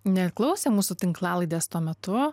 neklausė mūsų tinklalaidės tuo metu